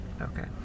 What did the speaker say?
okay